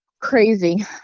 crazy